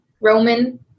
Roman